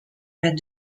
red